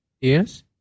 Yes